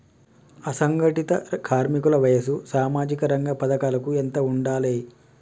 అసంఘటిత కార్మికుల వయసు సామాజిక రంగ పథకాలకు ఎంత ఉండాలే?